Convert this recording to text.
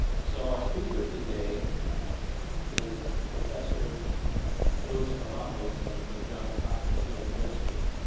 so, our speaker today is professor louis galambos of the johns hopkins university,